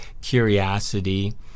curiosity